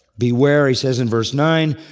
beware, he says in verse nine,